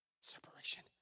separation